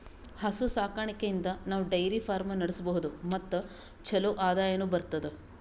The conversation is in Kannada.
ಹಸು ಸಾಕಾಣಿಕೆಯಿಂದ್ ನಾವ್ ಡೈರಿ ಫಾರ್ಮ್ ನಡ್ಸಬಹುದ್ ಮತ್ ಚಲೋ ಆದಾಯನು ಬರ್ತದಾ